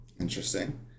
Interesting